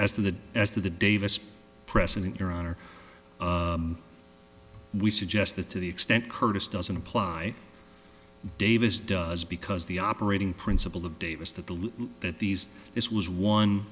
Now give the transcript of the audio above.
the as to the davis precedent your honor we suggest that to the extent curtis doesn't apply davis does because the operating principle of davis the belief that these this was one